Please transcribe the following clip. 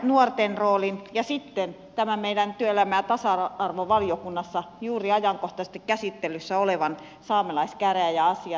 nuorten roolin ja sitten tämän työelämä ja tasa arvovaliokunnassa juuri ajankohtaisesti käsittelyssä olevan saamelaiskäräjäasian